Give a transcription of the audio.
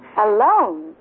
Alone